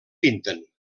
pinten